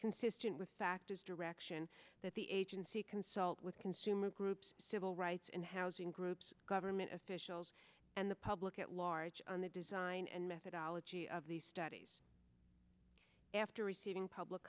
consistent with factors direction that the agency consult with consumer groups civil rights and housing group government officials and the public at large on the design and methodology of these studies after receiving public